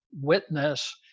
witness